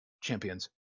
champions